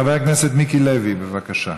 חבר הכנסת מיקי לוי, בבקשה.